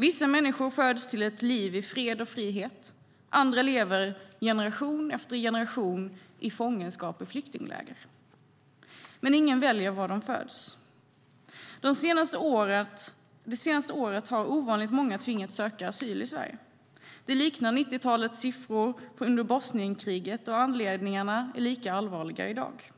Vissa människor föds till ett liv i fred och frihet, och andra lever generation efter generation i fångenskap i flyktingläger. Men ingen väljer var man föds. Det senaste året har ovanligt många tvingats söka asyl i Sverige. Det liknar 90-talets siffror under Bosnienkriget, och anledningarna är lika allvarliga i dag.